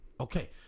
Okay